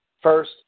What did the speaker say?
first